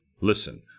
listen